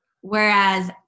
Whereas